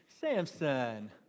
Samson